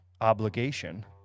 obligation